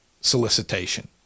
solicitation